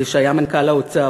שהיה מנכ"ל האוצר.